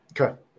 Okay